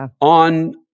on